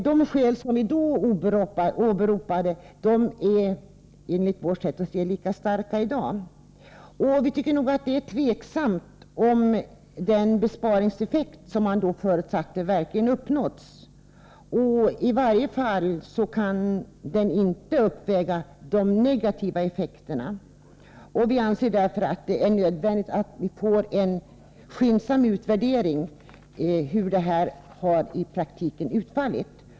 De skäl som vi åberopade är enligt vårt sätt att se lika starka i dag. Det är tveksamt om den besparingseffekt som man förutsatte verkligen har uppnåtts — i varje fall kan den inte uppväga de negativa effekterna. Vi anser därför att det är nödvändigt med en skyndsam utvärdering av hur denna verksamhet i praktiken har utfallit.